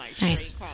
Nice